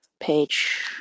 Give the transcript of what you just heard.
page